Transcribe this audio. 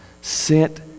sent